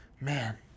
man